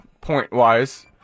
point-wise